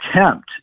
attempt